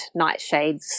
nightshades